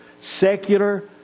secular